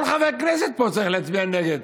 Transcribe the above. כל חבר כנסת פה צריך להצביע נגד.